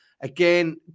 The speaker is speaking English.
again